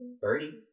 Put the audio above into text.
Birdie